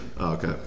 Okay